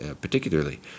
particularly